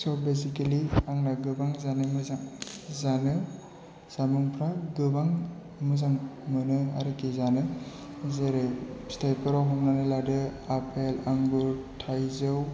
स' बेसिकेलि आंना गोबां जानाय मोजां जानो जामुंफ्रा गोबां मोजां मोनो आरोखि जानो जेरै फिथाइफोराव हमनानै लादो आफेल आंगुर थाइजौ